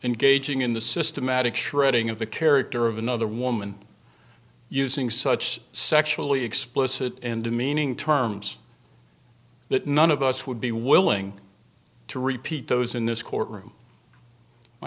engaging in the systematic shredding of the character of another woman using such sexually explicit and demeaning terms that none of us would be willing to repeat those in this courtroom my